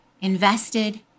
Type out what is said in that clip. invested